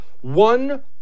One